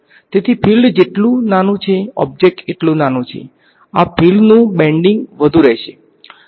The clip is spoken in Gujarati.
તેથી ફીલ્ડ જેટલું નાનું છે ઓબ્જેક્ટ એટલો નાનો છે આ ફીલ્ડનું બેંડીગ વધુ રહેશે